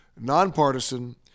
nonpartisan